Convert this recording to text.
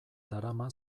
darama